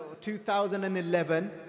2011